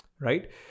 Right